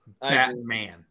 Batman